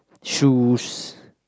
shoes